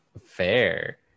fair